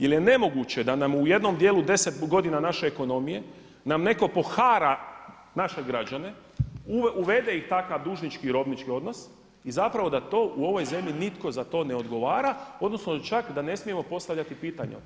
Jer je nemoguće da nam u jednom dijelu 10 godina naše ekonomije nam netko pohara naše građane uvede ih u takav dužnički robnički odnos i zapravo da to u ovoj zemlji nitko za to ne odgovara odnosno čak da ne smijemo postavljati pitanja o tome.